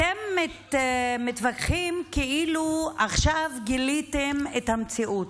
אתם מתווכחים כאילו עכשיו גיליתם את המציאות.